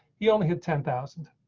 he only had ten thousand